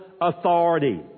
authority